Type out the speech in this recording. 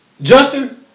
Justin